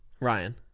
Ryan